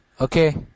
Okay